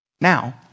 Now